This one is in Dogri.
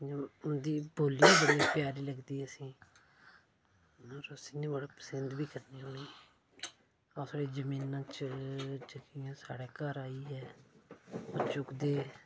उंदी बोल्ली बी बड़ी प्यारी लगदी असें और उसी अस बड़ा पसंद बी करने होन्ने खास करियै जमीना च साढ़े घर आइयै फुल्ल चुगदे